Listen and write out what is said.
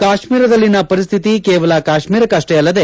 ಕಾಶ್ಮೀರದಲ್ಲಿನ ಪರಿಶ್ಮಿತಿ ಕೇವಲ ಕಾಶ್ಮೀರಕ್ಕವ್ವೇ ಅಲ್ಲದೆ